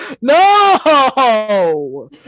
No